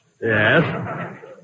Yes